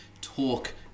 talk